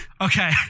okay